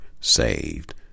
saved